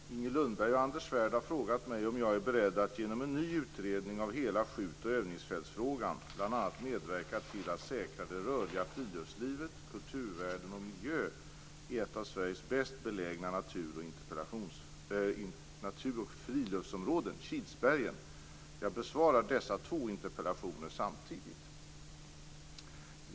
Fru talman! Inger Lundberg och Anders Svärd har frågat mig om jag är beredd att genom en ny utredning av hela skjut och övningsfältsfrågan bl.a. medverka till att säkra det rörliga friluftslivet, kulturvärden och miljö i ett av Sveriges bäst belägna natur och friluftsområden - Kilsbergen. Jag besvarar dessa två interpellationer samtidigt.